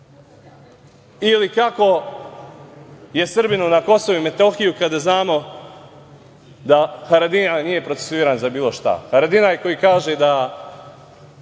Ili kako je Srbinu na Kosovu i Metohiji kada znamo da Haradinaj nije procesuiran za bilo šta. Haradinaj koji kaže da